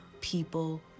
people